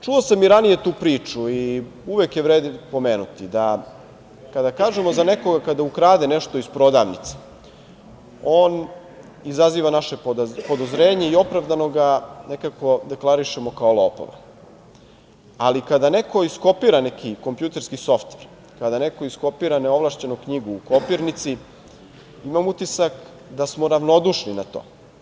Čuo sam i ranije tu priču i uvek je vredi pomenuti, da kada kažemo za nekoga kada ukrade nešto iz prodavnice on izaziva naše podozrenje i opravdano ga deklarišemo kao lopova, ali kada neko iskopira neki kompjuterski softver, kada neko iskopira neovlašćeno knjigu u kopirnici, imam utisak da smo na ravnodušni na to.